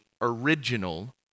original